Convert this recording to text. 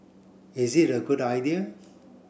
is it a good idea